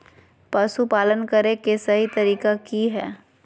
पशुपालन करें के सही तरीका की हय?